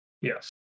Yes